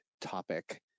topic